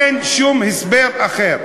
כמה אפשר לחזור על זה ולדבר לקירות אטומים,